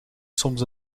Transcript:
soms